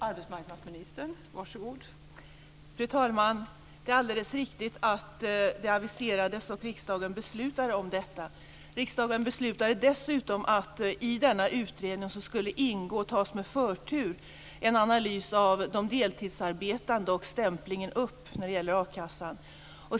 Fru talman! Det är alldeles riktigt att detta aviserades och att riksdagen beslutade om detta. Riksdagen beslutade dessutom att det i denna utredning skulle ingå, med förtur, en analys av de deltidsarbetande och stämplingen upp när det gäller a-kassan.